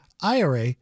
ira